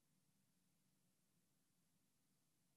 חברות,